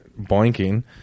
boinking